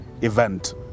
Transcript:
event